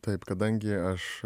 taip kadangi aš